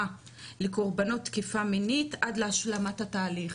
לקורבנות תקיפה מינית עד להשלמת התהליך,